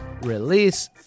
release